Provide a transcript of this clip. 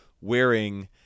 wearing